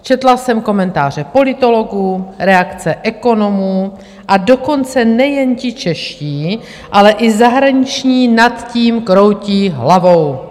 Četla jsem komentáře politologů, reakce ekonomů, a dokonce nejen ti čeští, ale i zahraniční nad tím kroutí hlavou.